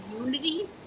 unity